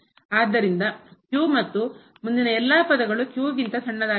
ಆದ್ದರಿಂದ ಮತ್ತು ಮುಂದಿನ ಎಲ್ಲಾ ಪದಗಳು ಗಿಂತ ಸಣ್ಣದಾಗಿರುತ್ತದೆ